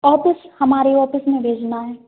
office हमारे office में भेजना है